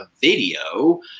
video